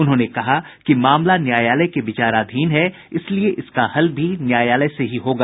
उन्होंने कहा कि मामला न्यायालय के विचाराधीन है इसलिए इसका हल भी न्यायालय से ही होगा